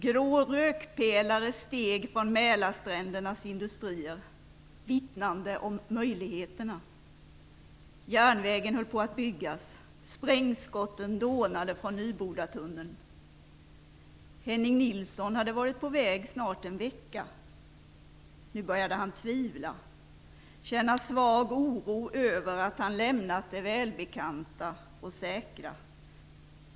Grå rökpelare steg från Mälarsträndernas industrier, vittnande om möjligheterna. Järnvägen höll på att byggas, sprängskotten dånade från Nybodatunneln. Henning Nilsson hade varit på väg snart en vecka. Nu började han tvivla, känna svag oro över att han lämnat det välbekanta och säkra.